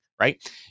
right